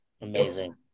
Amazing